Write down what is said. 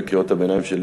בקריאות הביניים שלי